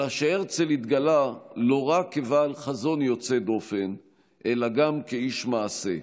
אלא שהרצל התגלה לא רק כבעל חזון יוצא דופן אלא גם כאיש מעשה.